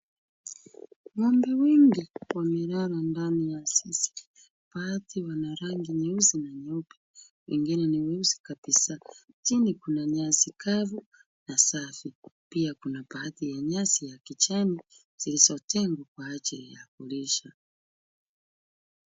Ng'ombe wengi wamelala ndani ya zizi. Baadhi wana rangi nyeusi na nyeupe, wengine ni weusi kabisaa. Chini kuna nyasi kavu na safi. Pia kuna baadhi ya nyasi ya kijani zilizotengwa kwa ajili ya kulisha.